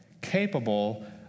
capable